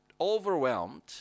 overwhelmed